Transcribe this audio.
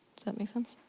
that make sense?